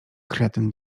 kretyn